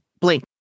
blink